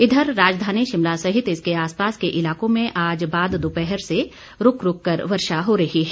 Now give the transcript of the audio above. इधर राजधानी शिमला सहित इसके आसपास के इलाकों में आज बाद दोपहर से रूक रूक कर वर्षा हो रही है